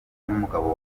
n’umugabo